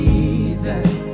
Jesus